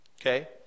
Okay